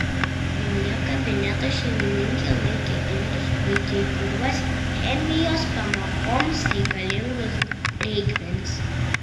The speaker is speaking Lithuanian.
joje kabineto šeimininkė laikė indus bei kai kuriuos chemijos pamokoms reikalingus reikmenis